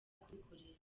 kubikoresha